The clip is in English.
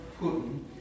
Putin